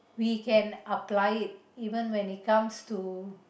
we can apply it even when it comes to